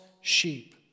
sheep